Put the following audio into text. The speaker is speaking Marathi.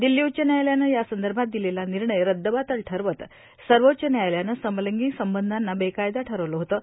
दिल्ली उच्च न्यायालयानं यासंदर्भात दिलेला निर्णय रद्दबातल ठरवत सर्वोच्च न्यायालयानं समलिंगी संबंधांना बेकायदा ठरवलं होतं